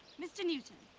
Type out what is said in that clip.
mr. newton!